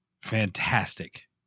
fantastic